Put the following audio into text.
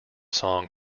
song